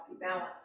balance